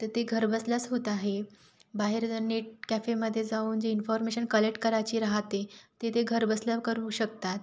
तर ते घर बसल्याच होतं आहे बाहेर नीट कॅफेमध्ये जाऊन जी इन्फॉर्मेशन कलेक्ट करायची राहते ते ते घर बसल्या करू शकतात